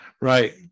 right